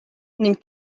ning